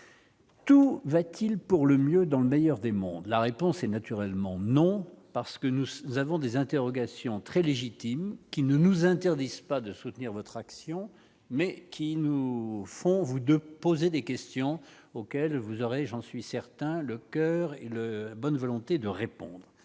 tout va-t-il pour le mieux dans le meilleur des mondes, la réponse est naturellement non parce que nous, nous avons des interrogations très légitimes qui ne nous interdisent pas de soutenir votre action, mais qui nous font vous de poser des questions auxquelles vous aurez, j'en suis certain le coeur et le bonne volonté de répondre